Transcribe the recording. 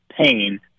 pain